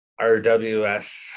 RWS